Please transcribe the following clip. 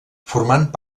formant